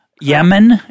Yemen